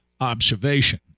observation